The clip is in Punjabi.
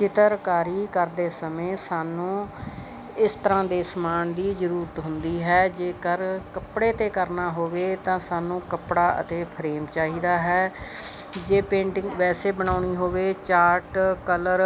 ਚਿੱਤਰਕਾਰੀ ਕਰਦੇ ਸਮੇਂ ਸਾਨੂੰ ਇਸ ਤਰ੍ਹਾਂ ਦੇ ਸਮਾਨ ਦੀ ਜ਼ਰੂਰਤ ਹੁੰਦੀ ਹੈ ਜੇਕਰ ਕੱਪੜੇ 'ਤੇ ਕਰਨਾ ਹੋਵੇ ਤਾਂ ਸਾਨੂੰ ਕੱਪੜਾ ਅਤੇ ਫਰੇਮ ਚਾਹੀਦਾ ਹੈ ਜੇ ਪੇਂਟਿੰਗ ਵੈਸੇ ਬਣਾਉਣੀ ਹੋਵੇ ਚਾਰਟ ਕਲਰ